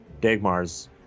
Dagmar's